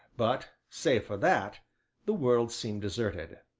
but save for that the world seemed deserted.